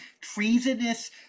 treasonous